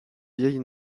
vieille